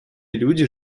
люди